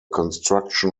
construction